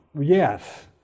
Yes